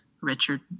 Richard